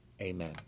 amen